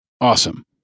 awesome